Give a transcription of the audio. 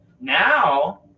now